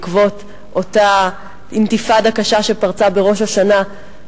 בעקבות אותה אינתיפאדה קשה שפרצה בראש השנה.